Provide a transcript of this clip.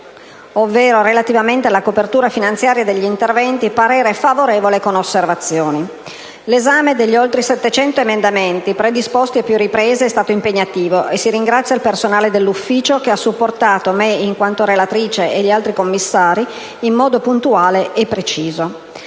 ovvero relativamente alla copertura finanziaria degli interventi, parere favorevole con osservazioni. L'esame degli oltre 700 emendamenti predisposti a più riprese è stato impegnativo e si ringrazia il personale dell'Ufficio, che ha sopportato me, in quanto relatrice, e gli altri Commissari in modo puntuale e preciso.